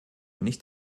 nicht